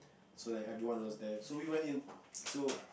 so that everyone was there so we went in so